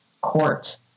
court